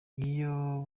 iyo